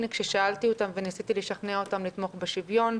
כששאלתי אותם וניסיתי לשכנע אותם לתמוך בשוויון,